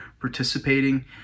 participating